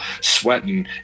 sweating